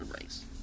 race